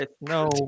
No